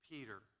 Peter